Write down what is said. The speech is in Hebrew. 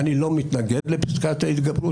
אני לא מתנגד לפסקת ההתגברות,